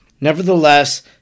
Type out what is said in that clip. Nevertheless